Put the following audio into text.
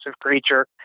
creature